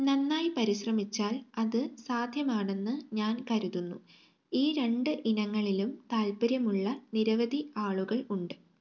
നന്നായി പരിശ്രമിച്ചാൽ അത് സാധ്യമാണെന്ന് ഞാൻ കരുതുന്നു ഈ രണ്ട് ഇനങ്ങളിലും താൽപ്പര്യമുള്ള നിരവധി ആളുകൾ ഉണ്ട്